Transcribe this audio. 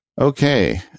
Okay